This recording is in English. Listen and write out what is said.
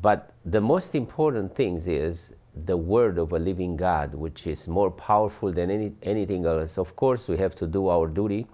but the most important things is the word of a living god which is more powerful than any anything on us of course we have to do our duty